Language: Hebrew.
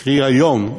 קרי, היום,